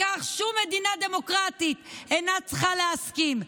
לכך שום מדינה דמוקרטית אינה צריכה להסכים".